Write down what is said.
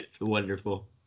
wonderful